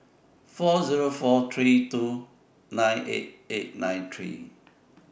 four Zero four three two nine eight eight nine three